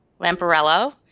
Lamparello